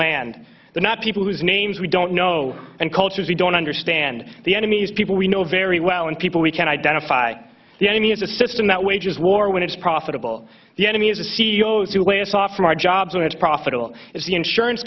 land they're not people whose names we don't know and cultures we don't understand the enemy's people we know very well and people we can identify the enemy is a system that wages war when it's profitable the enemy is the c e o s who weigh us off from our jobs when it's profitable it's the insurance